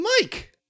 Mike